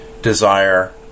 desire